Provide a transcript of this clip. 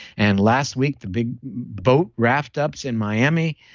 and last week the big boat raft ups in miami.